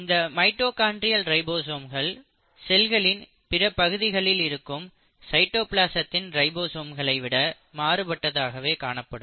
இந்த மைட்டோகாண்ட்ரியல் ரைபோசோம்கள் செல்களின் பிற பகுதிகளில் இருக்கும் சைட்டோபிளாசத்தின் ரைபோசோம்களை விட மாறுபட்டதாகவே காணப்படும்